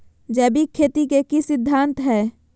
जैविक खेती के की सिद्धांत हैय?